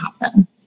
happen